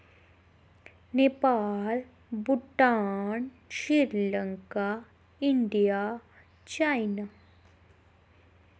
Nepal Bhutan Sri Lanka India China